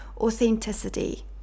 authenticity